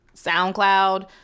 soundcloud